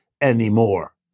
anymore